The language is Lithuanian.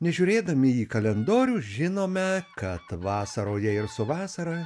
nežiūrėdami į kalendorių žinome kad vasaroje ir su vasara